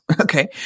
Okay